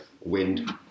wind